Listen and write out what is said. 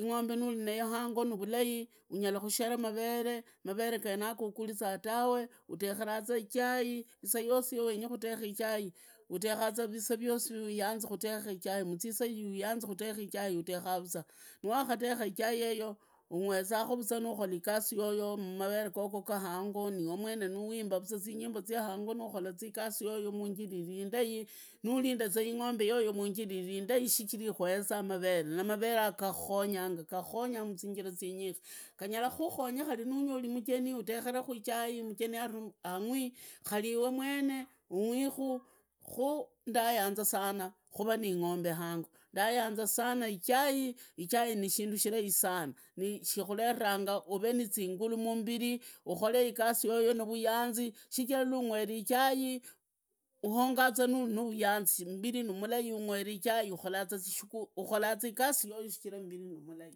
ing’ombe nuri nayo ango ni vulahi unyola khushela mavele, mavele genago uguliza tawe, utekhereza ichai isaa yosi ya wenyi kudheka ichai, utekha isaa yosi yanyanzi kutekha ichai, muzisaa ya nyanzi kutekha ichai, eyoo, unywezakhu vuzwa. Ni wakhateka ichai yeyo unyweza khuvuzwa nukhola inzu yoyo mmavere gogo ga hango, niiwe mwene ni wimba zinyimbo za hango nukhola igasi yoyo munjila ili indai, nurinda ing’ombe yoyo munjira ili indai shichila ikhueza mavere na mavere ago, gakukhonyanga gakukhonyanga, mu zinjila zinyinge, ganyala kuhonya kuri nunyoli mucheni, udekhelakhu ichai, mucheni angwii kuri iwe mwene ungwikhu, ku ndayanza sana kuraa ni ing’ombe hangoo, ndayanza sana ichai, ichai ni shindu shirahi sana ni shikuringanga uvee nizingulu mumbiri ukore igasi yoyo nu vuyanzi, shichila nunywele ichai uhungaa za nuri na vuyanzi mumbiri ni murahi nungwere ichai, ukhola za igsi yoy shichila mbirini mulai.